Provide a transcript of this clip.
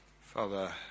Father